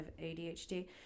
ADHD